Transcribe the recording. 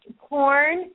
corn